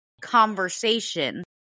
conversation